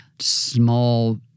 small